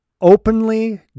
openly